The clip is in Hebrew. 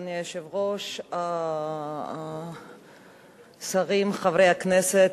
אדוני היושב-ראש, השרים, חברי הכנסת,